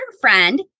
friend